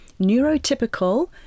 neurotypical